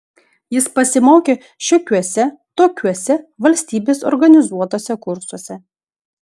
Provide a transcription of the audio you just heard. jis pasimokė šiokiuose tokiuose valstybės organizuotuose kursuose